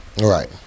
Right